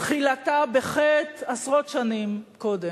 תחילתה בחטא עשרות שנים קודם,